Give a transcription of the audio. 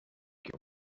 your